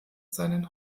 seinen